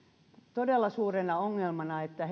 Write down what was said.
todella suurena ongelmana että